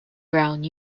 brown